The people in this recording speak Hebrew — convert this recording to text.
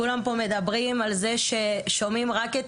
כולם פה מדברים על כך ששומעים רק את